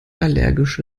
allergische